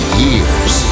years